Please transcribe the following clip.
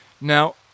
Now